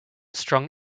strong